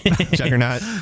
Juggernaut